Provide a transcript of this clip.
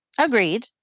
agreed